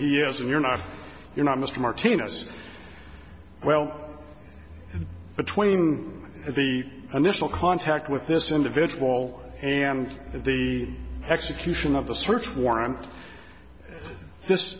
he is and you're not you're not mr martinez well between the initial contact with this individual and the execution of the search warrant this